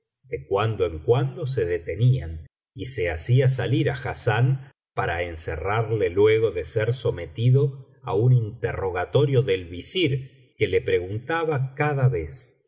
de cuando en cuando se detenían y se hacía salir á hassán para encerrarle luego de ser sometido á un interrogatorio del visir que le preguntaba cada vez